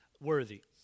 worthy